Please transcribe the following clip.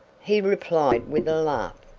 he replied with a laugh.